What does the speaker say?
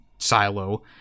silo